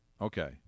Okay